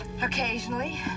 Occasionally